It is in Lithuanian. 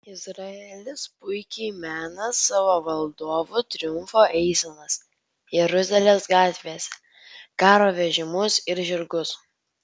izraelis puikiai mena savo valdovų triumfo eisenas jeruzalės gatvėse karo vežimus ir žirgus